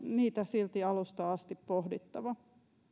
niitä silti alusta asti pohdittava